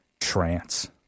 trance